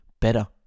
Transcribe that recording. better